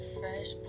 fresh